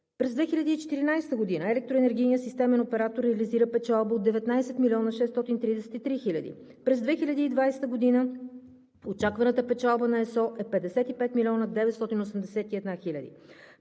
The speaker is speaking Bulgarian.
През 2014 г. Електроенергийният системен оператор реализира печалба от 19 млн. 633 хил. лв. През 2020 г. очакваната печалба на ЕСО е 55 млн. 981 хил.